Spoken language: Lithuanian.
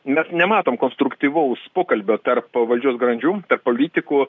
mes nematom konstruktyvaus pokalbio tarp valdžios grandžių tarp politikų